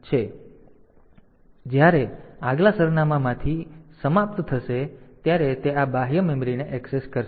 તેથી જ્યારે આગલા સરનામાંથી આ સમાપ્ત થશે ત્યારે તે આ બાહ્ય મેમરીને ઍક્સેસ કરશે